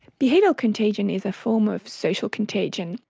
behavioural contagion is a form of social contagion.